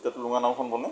তেতিয়া টুলুঙা নাওখন বনে